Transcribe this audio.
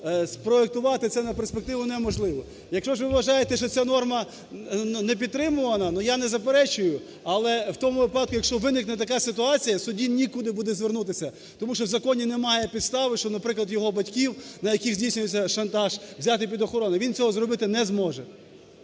спроектувати це на перспективу неможливо. Якщо ж ви вважаєте, що ця норма не підтримувана, ну, я не заперечую, але в тому випадку, якщо виникне така ситуація суді нікуди буде звернутися, тому що в законі немає підстави, що наприклад у його батьків, на яких здійснюється шантаж взяти під охорону він цього зробити не зможе.